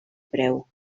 preu